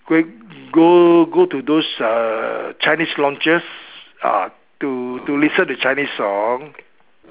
go go go to those uh chinese lounges ah to to listen to Chinese songs